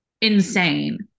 insane